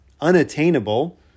unattainable